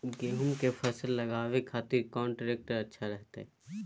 गेहूं के फसल लगावे खातिर कौन ट्रेक्टर अच्छा रहतय?